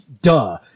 Duh